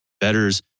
betters